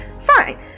Fine